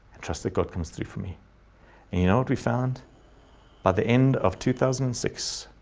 and trust that god comes through for me. and you know, what we found by the end of two thousand and six,